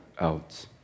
out